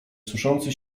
suszący